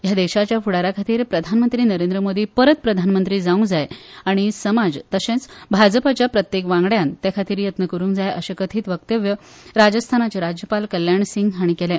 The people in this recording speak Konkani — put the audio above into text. ह्या देशाच्या फुडाराखातीर प्रधानमंत्री नरेंद्र मोदी परत प्रधानमंत्री जावंक जाय आनी समाज तशेंच भाजपाच्या प्रत्येक वांगड्यान ते खातीर यत्न करुंक जाय अशें कथीत वक्तव्य राजस्थानाचे राज्यपाल कल्याण सिंग हाणी केल्ले